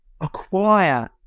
acquire